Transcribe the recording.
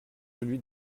celui